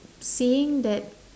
seeing that